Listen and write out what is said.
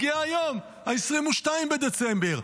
הגיע היום, 22 בדצמבר.